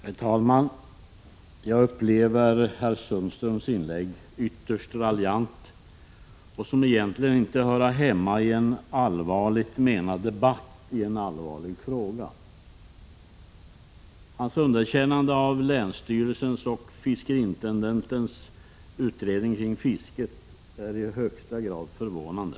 Herr talman! Jag upplever herr Sundströms inlägg som ytterst raljant. Det hör egentligen inte hemma i en allvarligt menad debatt om en allvarlig fråga. Sten-Ove Sundströms underkännande av länsstyrelsens och fiskeriintendentens utredning kring fisket är i högsta grad förvånande.